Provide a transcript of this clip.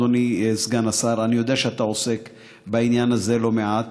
אדוני סגן השר: אני יודע שאתה עוסק בעניין הזה לא מעט,